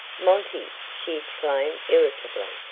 monty, she exclaimed irritably,